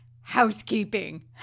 housekeeping